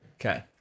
Okay